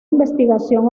investigación